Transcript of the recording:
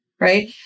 right